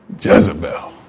Jezebel